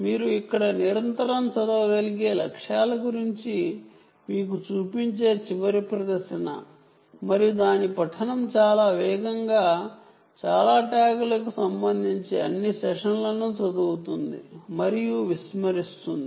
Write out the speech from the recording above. మీరు ఇక్కడ నిరంతరం చదవగలిగే లక్ష్యాల గురించి మీకు చూపించే చివరి ప్రదర్శన మరియు చాలా వేగంగా ట్యాగ్ రీడ్ లను చదువుతుంది మరియు సాధ్యమైన అన్ని సెషన్లను విస్మరిస్తుంది